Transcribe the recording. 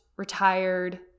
retired